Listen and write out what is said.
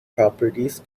properties